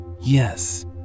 yes